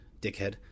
dickhead